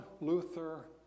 Luther